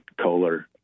Kohler